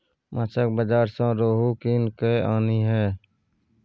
माछक बाजार सँ रोहू कीन कय आनिहे